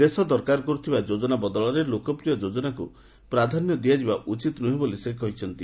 ଦେଶ ଦରକାର କରୁଥିବା ଯୋଜନା ବଦଳରେ ଲୋକପ୍ରିୟ ଯୋଜନାକୁ ପ୍ରାଧାନ୍ୟ ଦିଆଯିବା ଉଚିତ୍ ନୁହେଁ ବୋଲି ସେ କହିଛନ୍ତି